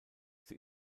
sie